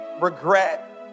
regret